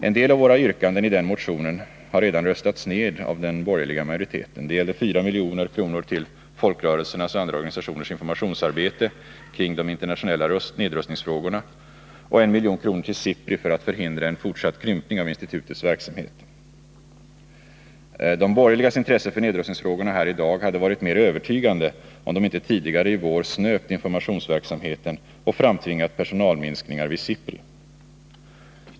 En del av våra yrkanden i den motionen har redan röstats ned av den borgerliga majoriteten. Det gällde 4 milj.kr. till folkrörelsernas och andra organisationers informationsarbete kring de internationella nedrustningsfrågorna och 1 milj.kr. till SIPRI för att förhindra en fortsatt krympning av institutets verksamhet. De borgerligas intresse för nedrustningsfrågorna här i dag hade varit mer övertygande, om de inte tidigare i vår snöpt informationsverksamheten och framtvingat personalminskningar vid SIPRI.